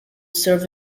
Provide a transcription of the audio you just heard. serve